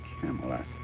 Camelot